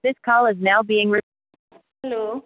this call is now being hello